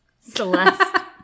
Celeste